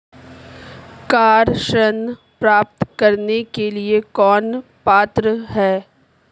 Car ऋण प्राप्त करने के लिए कौन पात्र है?